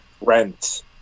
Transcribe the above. rent